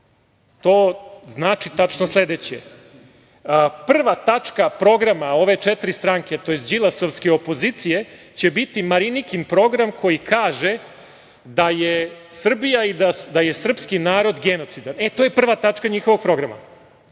To znači tačno sledeće, prva tačka programa ove četiri stranke tj. đilasovske opozicije će biti Marinikin program koji kaže da je Srbija i da je srpski narod genocida. To je prva tačka njihovog programa.